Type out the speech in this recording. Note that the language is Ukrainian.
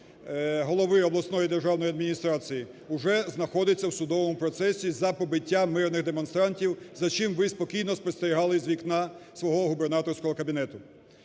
голови обласної державної адміністрації уже знаходиться в судовому процесі за побиття мирних демонстрантів, за чим ви спокійно спостерігали з вікна свого губернаторського кабінету.